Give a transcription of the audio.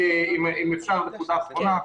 אם אפשר, נקודה אחרונה.